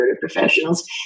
Professionals